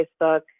Facebook